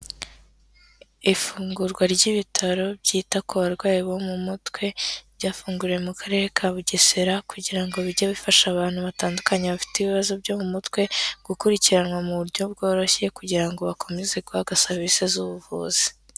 Ifungurwa ry'ibitaro byita ku barwayi bo mu mutwe, ryafunguriwe mu Karere ka Bugesera kugira ngo bijye bifasha abantu batandukanye bafite ibibazo byo mu mutwe, gukurikiranwa mu buryo bworoshye kugira ngo bakomeze guhabwa serivisi z'ubuvuzi.